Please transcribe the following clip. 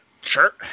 Sure